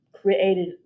created